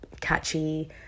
catchy